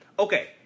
Okay